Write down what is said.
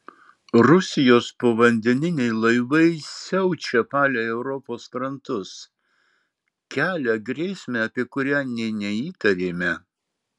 rusijos povandeniniai laivai siaučia palei europos krantus kelia grėsmę apie kurią nė neįtarėme